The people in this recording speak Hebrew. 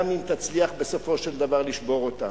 גם אם תצליח בסופו של דבר לשבור אותם,